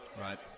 Right